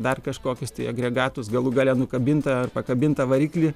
dar kažkokius tai agregatus galų gale nukabintą pakabintą variklį